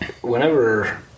whenever